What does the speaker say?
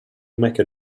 mecca